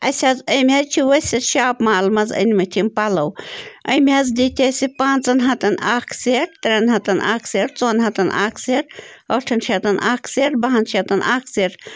اَسہِ حظ أمۍ حظ چھِ ؤسِت شاپ مال منٛز أنۍمٕتۍ یِم پَلو أمۍ حظ دِتۍ اَسہِ یہِ پانٛژَن ہَتَن اَکھ سٮ۪ٹ ترٛٮ۪ن ہَتَن اَکھ سٮ۪ٹ ژۄن ہَتَن اَکھ سٮ۪ٹ ٲٹھَن شَتَن اَکھ سٮ۪ٹ بَہَن شَتَن اَکھ سٮ۪ٹ